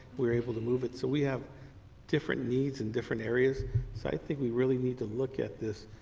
we were able to move it. so we have different needs in different areas so i think we really need to look at this.